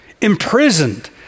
imprisoned